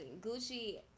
Gucci